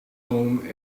home